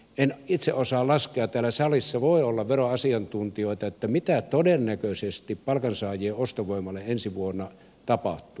en itse osaa laskea täällä salissa voi olla veroasiantuntijoita mitä todennäköisesti palkansaajien ostovoimalle ensi vuonna tapahtuu